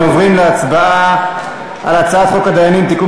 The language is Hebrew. אנחנו עוברים להצבעה על הצעת חוק הדיינים (תיקון